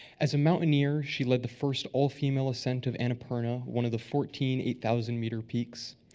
as a mountaineer, she led the first all-female ascent of annapurna, one of the fourteen eight thousand meter peaks.